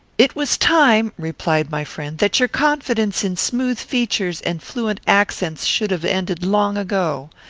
it was time, replied my friend, that your confidence in smooth features and fluent accents should have ended long ago.